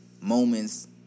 moments